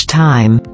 time